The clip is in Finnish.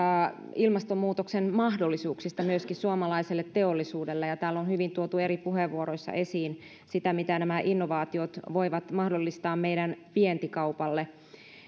ilmastonmuutoksen mahdollisuuksista myöskin suomalaiselle teollisuudelle ja täällä on hyvin tuotu eri puheenvuoroissa esiin sitä mitä nämä innovaatiot voivat mahdollistaa meidän vientikaupallemme